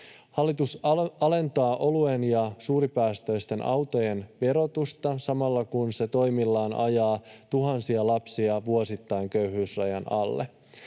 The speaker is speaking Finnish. Hallitus alentaa oluen ja suuripäästöisten autojen verotusta, samalla kun se toimillaan ajaa tuhansia lapsia vuosittain köyhyysrajan alle.